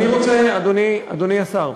אדוני השר,